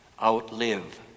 outlive